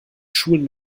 schulen